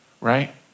right